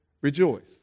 rejoice